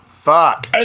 Fuck